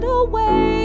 away